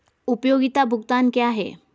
उपयोगिता भुगतान क्या हैं?